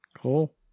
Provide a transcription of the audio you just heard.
Cool